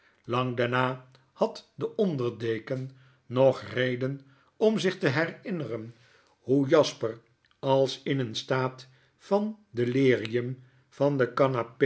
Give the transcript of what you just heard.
lang daarna had de onder deken nog reden om zich te herinneren hoe jasper als in een staat van delirium van de